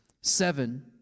seven